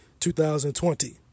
2020